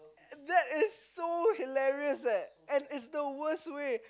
that is so hilarious leh and it's the worst way